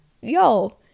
yo